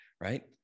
right